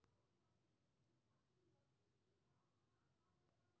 बंधक धोखाधड़ी अनैतिक, खतरनाक आ अवैध होइ छै